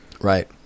right